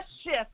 shift